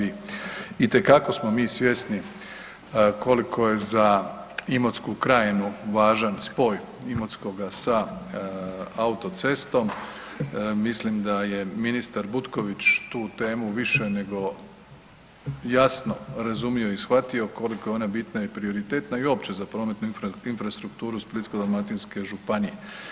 Itekako smo mi svjesni koliko je za Imotsku krajinu važan spoj Imotskoga sa autocestom, mislim da je ministar Butković više nego jasno razumio i shvatio koliko je ona bitna i prioritetna i uopće za prometnu infrastrukturu Splitsko-dalmatinske županije.